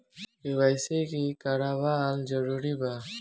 KYC करवावल जरूरी बा?